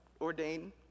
ordain